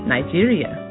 Nigeria